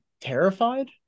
terrified